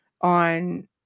on